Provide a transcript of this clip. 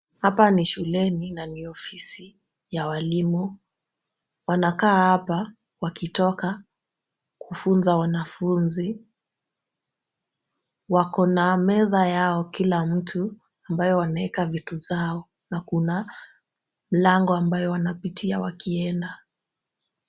Hapa ni shuleni na ni ofisi ya walimu, wanakaa hapa wakitoka kufunza wanafunzi, wako na meza yao kila mtu ambayo wanaeka vitu zao na kuna mlango ambayo wanapitia wakienda.